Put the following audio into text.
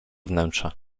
wnętrza